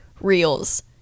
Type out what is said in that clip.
reels